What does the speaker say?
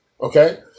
Okay